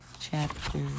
chapter